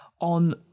on